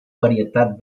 varietat